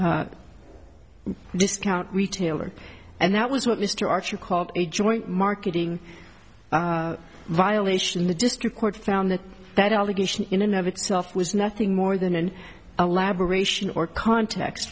discount retailer and that was what mr archer called a joint marketing violation the district court found that that allegation in an of itself was nothing more than an elaboration or context